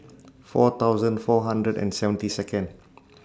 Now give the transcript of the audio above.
four thousand four hundred and seventy Second